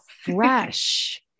fresh